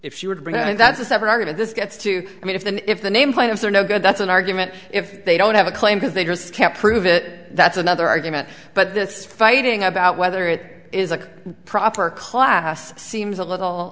she were to bring that's a separate argument this gets to i mean if the if the nameplate if they're no good that's an argument if they don't have a claim because they just can't prove it that's another argument but this fighting about whether it is a proper class seems a little